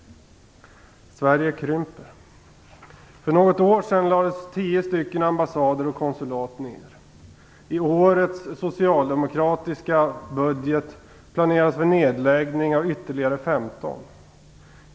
Sverige krymper. För något år sedan lades 10 ambassader och konsulat ned. I årets socialdemokratiska budget planeras för nedläggning av ytterligare 15.